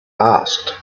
asked